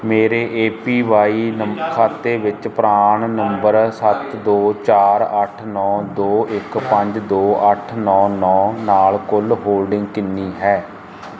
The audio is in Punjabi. ਮੇਰੇ ਏ ਪੀ ਵਾਏ ਨੰ ਖਾਤੇ ਵਿੱਚ ਪਰਾਨ ਨੰਬਰ ਸੱਤ ਦੋ ਚਾਰ ਅੱਠ ਨੌਂ ਦੋ ਇੱਕ ਪੰਜ ਦੋ ਅੱਠ ਨੌਂ ਨੌਂ ਨਾਲ ਕੁੱਲ ਹੋਲਡਿੰਗ ਕਿੰਨੀ ਹੈ